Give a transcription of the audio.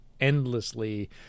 endlessly